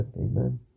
Amen